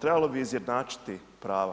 trebalo bi izjednačiti prava.